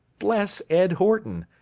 bless ed horton.